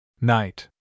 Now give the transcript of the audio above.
Night